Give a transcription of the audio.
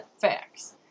facts